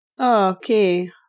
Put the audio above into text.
okay